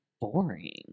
boring